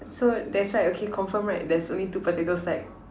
so that's right okay confirm right there's only two potato sack